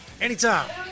anytime